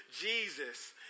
Jesus